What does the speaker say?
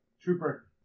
trooper